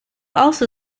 also